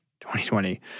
2020